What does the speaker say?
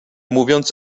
mówiąc